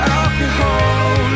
alcohol